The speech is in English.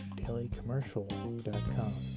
dailycommercial.com